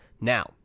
Now